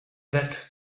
that